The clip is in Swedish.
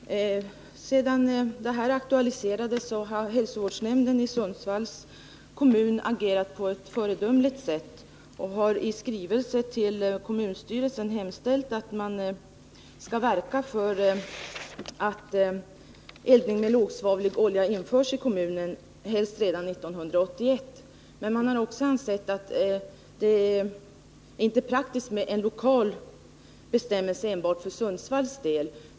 Herr talman! Sedan denna fråga aktualiserats har hälsovårdsnämnden i Sundsvalls kommun agerat på ett föredömligt sätt. Nämnden har i skrivelse till kommunstyrelsen hemställt om att den skall verka för att eldning med lågsvavlig olja införs i kommunen, helst redan 1981. Men man har också ansett att det inte är praktiskt med en lokal bestämmelse enbart för Sundsvalls del.